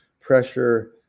pressure